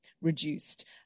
reduced